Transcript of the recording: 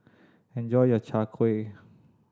enjoy your Chai Kuih